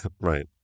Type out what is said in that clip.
Right